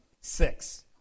Six